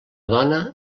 dona